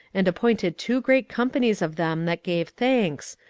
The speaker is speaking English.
and appointed two great companies of them that gave thanks,